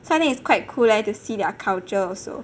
so I think it's quite cool leh to see their culture also